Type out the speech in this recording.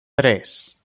tres